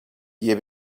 year